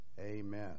Amen